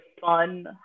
fun